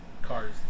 cars